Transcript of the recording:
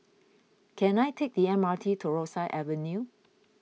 can I take the M R T to Rosyth Avenue